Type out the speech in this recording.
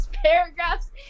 paragraphs